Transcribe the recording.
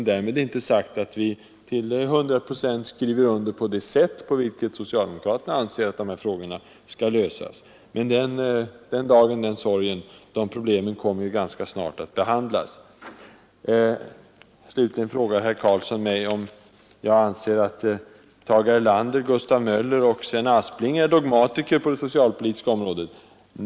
Men därmed inte sagt att vi till hundra procent skriver under på det sätt socialdemokraterna anser att de här frågorna skall lösas på. Men den dagen den sorgen. De problemen kommer ju ganska snart att behandlas. Slutligen frågar herr Karlsson mig om jag anser att Tage Erlander, Gustav Möller och Sven Aspling är dogmatiker på det socialpolitiska området.